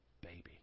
baby